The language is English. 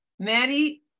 Maddie